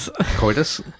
Coitus